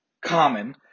common